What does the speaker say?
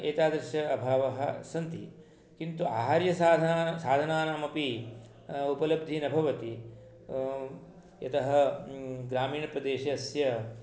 एतादृश अभावः सन्ति किन्तु आहार्य साधनानामपि उपलब्धिः न भवति यतः ग्रामीणप्रदेशस्य